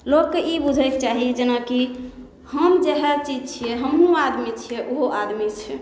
लोकके ई बुझैके चाही जेनाकि हम जेहए चीज छियै हमहुँ आदमी छियै ओहो आदमी छै